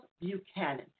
Buchanan